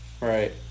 Right